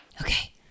Okay